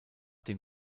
dem